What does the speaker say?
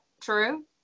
true